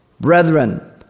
Brethren